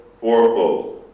fourfold